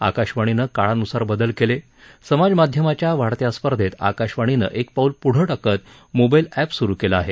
आकाशवाणीनं काळानूसार बदल केले समाज माध्यमाच्या वाढत्या स्पर्धेत आकाशवाणीनं एक पाऊल पूढे टाकत मोबाईल एप सुरु केलं आहे